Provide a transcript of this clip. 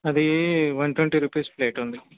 అదీ one twenty rupees plate ఉంది